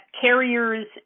carriers